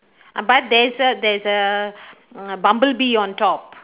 but there is a there is a bumblebee on top